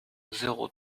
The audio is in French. zéro